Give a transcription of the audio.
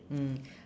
mm